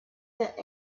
that